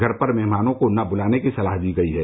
घर पर मेहमानों को न बुलाने की सलाह दी गई है